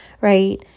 right